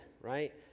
right